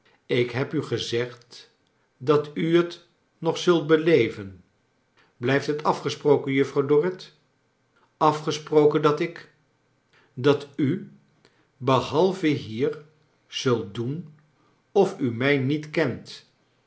ik heb u gezegd dat u t nog zult beleven blijft het afgesproken juffrouw dorrit afgesproken dat ik dat u behalve hier zult doen of u mij niet kent